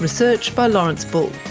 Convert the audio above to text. research by lawrence bull,